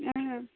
ಹಾಂ